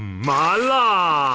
my lord,